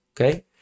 okay